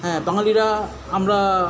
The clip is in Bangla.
হ্যাঁ বাঙালিরা আমরা